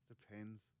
depends